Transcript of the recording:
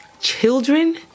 children